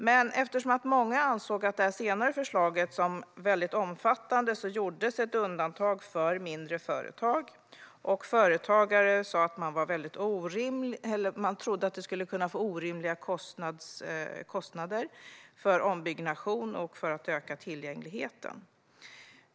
Men eftersom många såg den senare lagen som väldigt omfattande gjordes ett undantag för mindre företag. Företagare trodde att de skulle kunna få orimliga kostnader för ombyggnation i syfte att öka tillgängligheten.